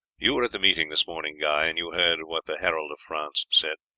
you were at the meeting this morning, guy, and you heard what the herald of france said.